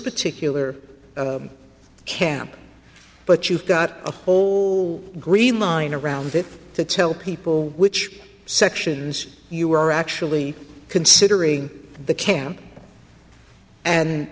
particular camp but you've got a whole green line around it to tell people which sections you are actually considering the ca